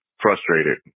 frustrated